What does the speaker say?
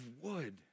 wood